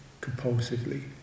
compulsively